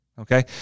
Okay